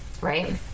Right